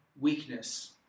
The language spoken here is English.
weakness